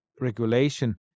regulation